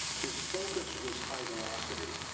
his focus was high velocity,